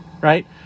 right